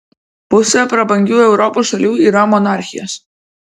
pusė prabangių europos šalių yra monarchijos